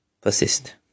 persist